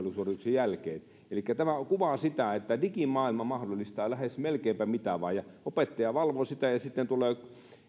jälkeen elikkä tämä kuvaa sitä että digimaailma mahdollistaa lähes melkeinpä mitä vain opettaja valvoo sitä ja sitten